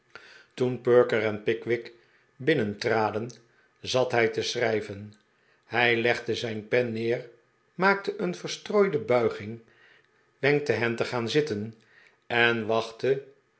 toen perker en pickwick binhentraden zat hij te schrijven hij legde zijn pen neer maakte een verstrooide buiging wenkte hen te gaan zitten en wachtte